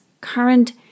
current